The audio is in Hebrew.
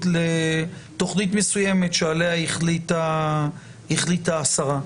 לתוכנית מסוימת שעליה החליטה השרה.